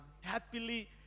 happily